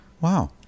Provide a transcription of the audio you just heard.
Wow